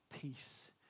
peace